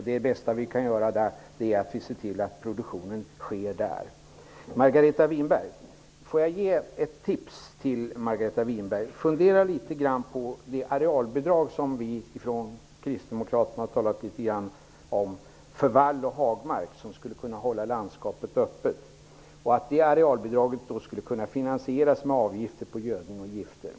Det bästa vi kan göra för dem är att vi ser till att produktionen sker där. Får jag ge Margareta Winberg ett tips? Fundera litet grand över det arealbidrag för vall och hagmark som vi kristdemokrater litet grand har talat om och som skulle kunna medverka till att vi kan ha ett öppet landskap. Arealbidraget skulle kunna finansieras genom avgifter på gödning och gifter.